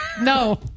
No